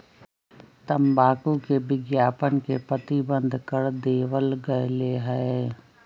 तंबाकू के विज्ञापन के प्रतिबंध कर देवल गयले है